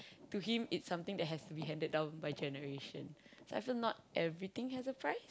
to him it's something that has to be handed down by generation so I feel not everything has a price